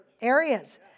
Areas